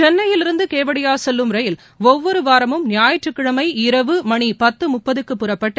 சென்னையிலிருந்து கெவாடியா செல்லும் ரயில் ஒவ்வொரு வாரமும் ஞாயிற்றுக்கிழமை இரவு மணி பத்து முப்பதுக்கு புறப்பட்டு